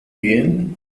bien